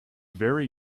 very